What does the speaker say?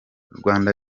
rwanda